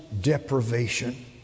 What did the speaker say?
deprivation